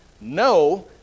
no